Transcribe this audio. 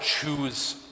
choose